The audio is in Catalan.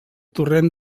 torrent